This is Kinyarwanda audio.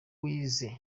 wize